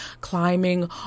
climbing